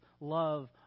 love